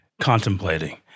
contemplating